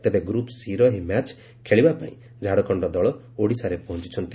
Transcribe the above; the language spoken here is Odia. ତେବେ ଗ୍ମପ୍ ସି ର ଏହି ମ୍ୟାଚ୍ ଖେଳିବା ପାଇଁ ଝାଡ଼ଖଣ୍ଡ ଦଳ ଓଡ଼ିଶାରେ ପହଞ୍ ଛନ୍ତି